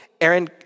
Aaron